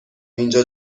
اینجا